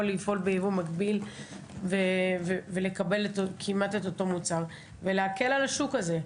לפעול ביבוא מקביל ולקבל כמעט את אותו המוצר ולהקל על השוק הזה.